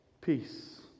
peace